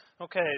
Okay